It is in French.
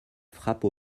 frappe